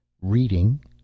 Reading